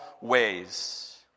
ways